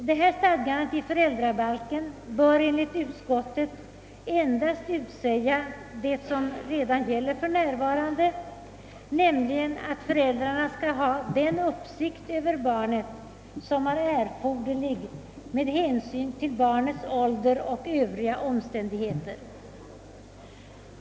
Detta stadgande i föräldrabalken bör enligt utskottet endast utsäga det som redan gäller för närvarande, nämligen att föräldrarna skall ha den uppsikt över barnet som är erforderlig med hänsyn till barnets ålder och övriga omständigheter.